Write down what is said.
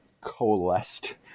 coalesced